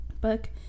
book